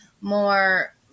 more